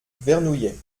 vernouillet